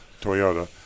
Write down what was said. Toyota